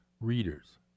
readers